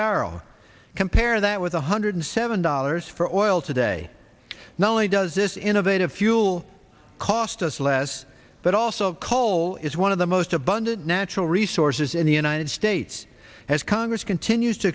barrel compare that with a hundred seven dollars for oil today not only does this innovative fuel cost us less but also coal is one of the most abundant natural resources in the united states as congress continues to